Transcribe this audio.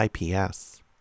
IPS